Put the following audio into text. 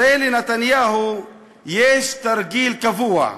הרי לנתניהו יש תרגיל קבוע: